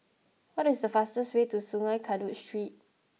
what is the fastest way to Sungei Kadut Street